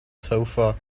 sofa